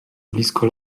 blisko